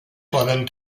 poden